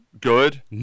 good